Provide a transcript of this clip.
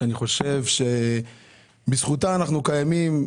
אני חושב שבזכותה אנחנו קיימים.